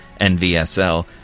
NVSL